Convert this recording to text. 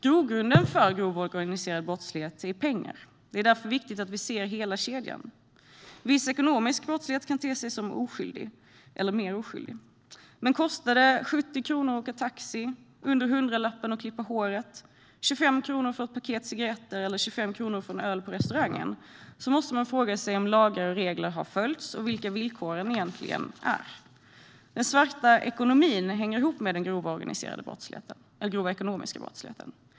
Grogrunden för grov organiserad brottslighet är pengar. Det är därför viktigt att vi ser hela kedjan. Viss ekonomisk brottslighet kan te sig mer oskyldig. Men kostar det 70 kronor att åka taxi, under hundralappen att klippa håret, 25 kronor för ett paket cigaretter eller 25 kronor för en öl på restaurangen måste man fråga sig om lagar och regler följts och vilka villkoren egentligen är. Den svarta ekonomin hänger ihop med den grova ekonomiska brottsligheten.